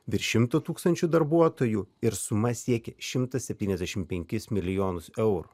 virš šimto tūkstančių darbuotojų ir suma siekė šimtą septyniasdešimt penkis milijonus eurų